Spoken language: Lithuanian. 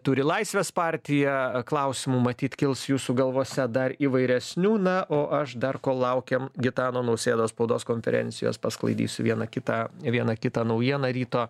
turi laisvės partija klausimų matyt kils jūsų galvose dar įvairesnių na o aš dar kol laukiam gitano nausėdos spaudos konferencijos pasklaidysiu vieną kitą vieną kitą naujieną ryto